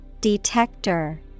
Detector